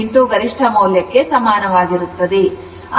637 ಗರಿಷ್ಠ ಮೌಲ್ಯ ಕ್ಕೆ ಸಮಾನವಾಗಿರುತ್ತದೆ